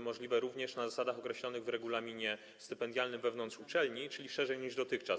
możliwe również na zasadach określonych w regulaminie stypendialnym wewnątrz uczelni, czyli szerzej niż dotychczas.